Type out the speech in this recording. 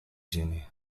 sini